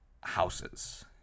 houses